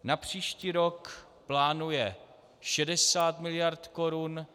Na příští rok plánuje 60 mld. korun.